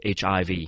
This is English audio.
HIV